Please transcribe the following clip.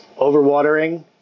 overwatering